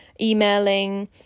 emailing